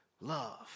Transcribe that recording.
Love